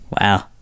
Wow